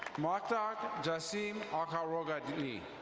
mactog jessie um um hagarobady.